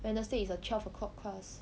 wednesday is a twelve o'clock class